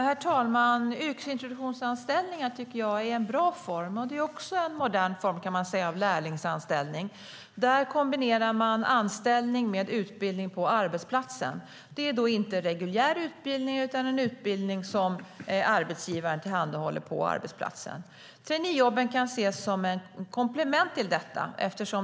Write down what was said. Herr talman! Yrkesintroduktionsanställningar tycker jag är en bra form. Det är också en modern form av lärlingsanställning där man kombinerar anställning med utbildning på arbetsplatsen. Det är inte reguljär utbildning utan en utbildning som arbetsgivaren tillhandahåller på arbetsplatsen. Traineejobben kan ses som ett komplement till detta.